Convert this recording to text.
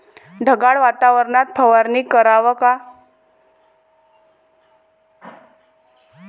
ढगाळ वातावरनात फवारनी कराव का?